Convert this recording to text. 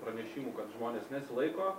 pranešimų kad žmonės nesilaiko